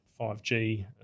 5G